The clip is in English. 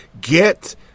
Get